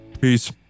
Peace